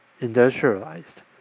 industrialized